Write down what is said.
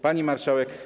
Pani Marszałek!